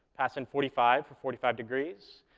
pass in forty five for forty five degrees,